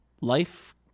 life